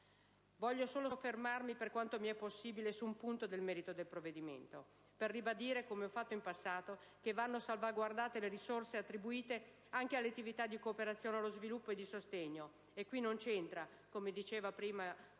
Voglio solo soffermarmi, per quanto mi è possibile, su un punto di merito del provvedimento, per ribadire - come ho fatto in passato - che vanno salvaguardate le risorse attribuite anche alle attività di cooperazione e di sostegno allo sviluppo. E qui non c'entra - come diceva prima